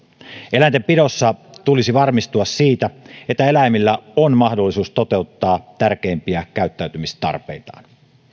eläintenpidossa tulisi varmistua siitä että eläimillä on mahdollisuus toteuttaa tärkeimpiä käyttäytymistarpeitaan